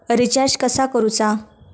Recharge कसा करूचा?